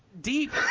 deep